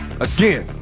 Again